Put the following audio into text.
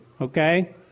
Okay